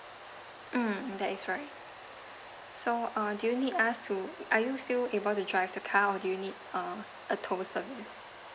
mm that is right so uh do you need us to are you still able to drive the car or do you need uh a tow service